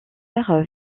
sert